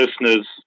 listeners